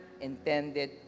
intended